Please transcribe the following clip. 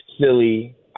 silly